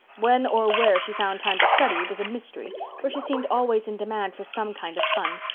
when or where she found time to study was a mystery, for she seemed always in demand for some kind of fun,